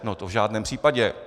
No to v žádném případě!